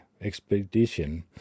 expedition